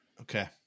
Okay